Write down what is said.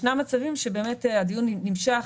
ישנם מצבים שבאמת הדיון נמשך,